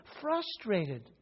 frustrated